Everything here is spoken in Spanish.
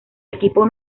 equipo